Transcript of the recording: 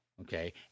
okay